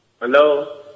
Hello